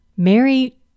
Mary